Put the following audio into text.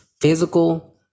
physical